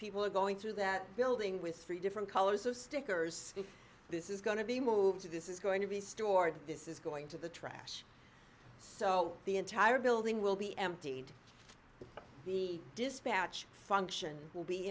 people are going through that building with three different colors of stickers if this is going to be moved to this is going to be stored this is going to the trash so the entire building will be emptied the dispatch function will be